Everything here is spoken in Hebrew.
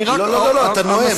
המסקנה, לא לא, אתה נואם.